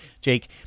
Jake